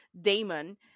damon